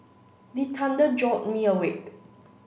the thunder jolt me awake